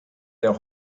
der